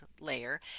layer